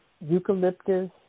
eucalyptus